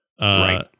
Right